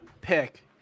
pick